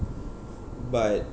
but